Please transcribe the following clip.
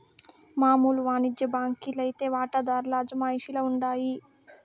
మామూలు వానిజ్య బాంకీ లైతే వాటాదార్ల అజమాయిషీల ఉండాయి